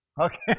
Okay